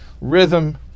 rhythm